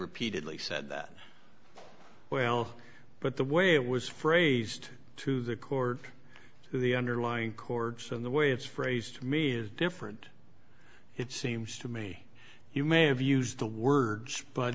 repeatedly said that well but the way it was phrased to the court the underlying chords and the way it's phrased to me is different it seems to me you may have used the word